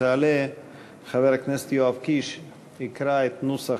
אני מתכבד להזמין את חבר הכנסת יואב קיש לגשת למיקרופון